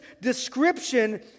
description